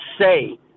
say